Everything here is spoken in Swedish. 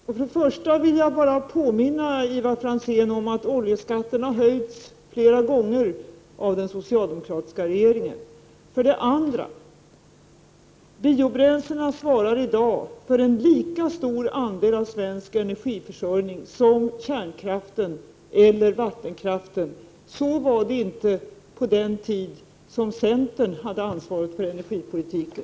Herr talman! Jo, det finns det i högsta grad. För det första vill jag bara påminna Ivar Franzén om att oljeskatten har höjts flera gånger av den socialdemokratiska regeringen. För det andra vill jag säga att biobränslena i dag svarar för en lika stor andel av svensk energiförsörjning som kärnkraften eller vattenkraften. Så var det inte på den tiden då centern hade ansvaret för energipolitiken.